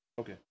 Okay